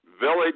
village